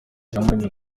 iyamuremye